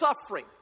suffering